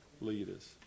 leaders